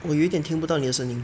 我有点听不到你的声音